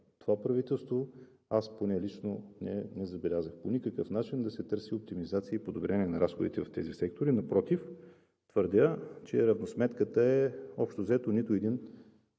това правителство, аз поне лично не забелязах по никакъв начин да се търси оптимизация и подобрение на разходите в тези сектори. Напротив. Твърдя, че равносметката е, общо взето, нито един